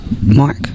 Mark